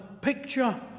picture